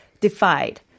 defied